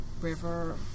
river